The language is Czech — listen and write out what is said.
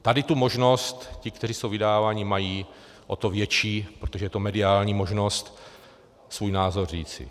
Tady tu možnost ti, kteří jsou vydáváni, mají o to větší, protože je to mediální možnost svůj názor říct.